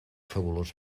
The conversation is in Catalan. fabulós